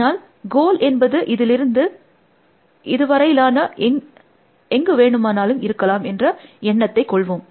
அதனால் கோல் என்பது இதிலிருந்து இது வரையிலான எங்கு வேணுமானாலும் இருக்கலாம் என்ற எண்ணத்தை கொள்வோம்